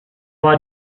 war